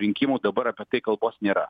rinkimų dabar apie tai kalbos nėra